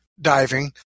diving